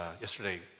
Yesterday